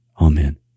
Amen